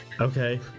okay